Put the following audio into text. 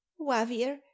Wavir